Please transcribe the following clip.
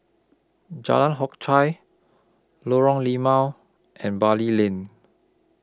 Jalan Hock Chye Lorong Limau and Bali Lane